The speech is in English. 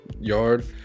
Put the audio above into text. yard